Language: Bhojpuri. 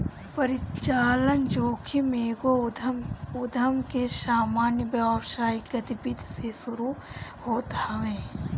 परिचलन जोखिम एगो उधम के सामान्य व्यावसायिक गतिविधि से शुरू होत हवे